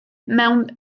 mewn